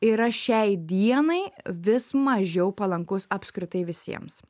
yra šiai dienai vis mažiau palankus apskritai visiems